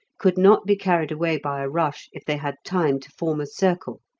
could not be carried away by a rush if they had time to form a circle,